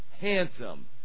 handsome